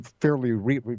fairly